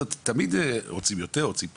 תמיד רוצים יותר רוצים פחות,